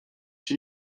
się